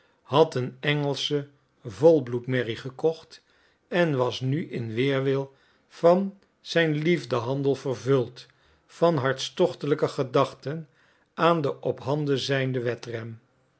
had een engelsche volbloedmerrie gekocht en was nu in weerwil van zijn liefdehandel vervuld van hartstochtelijke gedachten aan den ophanden zijnden wedren